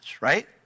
Right